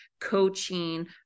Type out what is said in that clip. coaching